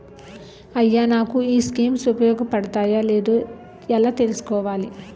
అయ్యా నాకు ఈ స్కీమ్స్ ఉపయోగ పడతయో లేదో ఎలా తులుసుకోవాలి?